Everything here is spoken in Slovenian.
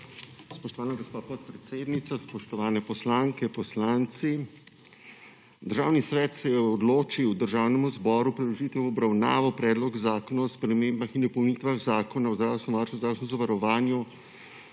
Spoštovana gospa podpredsednica, spoštovane poslanke, poslanci! Državni svet se je odločil Državnemu zboru predložiti v obravnavo Predlog zakona o spremembah in dopolnitvah Zakona o zdravstvenem varstvu in zdravstvenem zavarovanju